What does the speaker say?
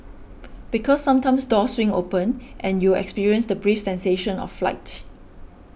because sometimes doors swing open and you'll experience the brief sensation of flight